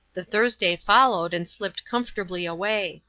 the thursday followed and slipped comfortably away.